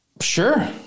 Sure